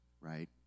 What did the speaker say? right